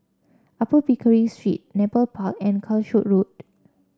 Upper Pickering Street Nepal Park and Calshot Road